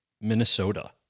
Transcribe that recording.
Minnesota